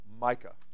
Micah